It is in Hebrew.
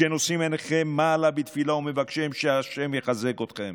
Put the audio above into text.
שנושאים עיניכם מעלה בתפילה ומבקשים שה' יחזק אתכם.